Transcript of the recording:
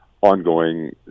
ongoing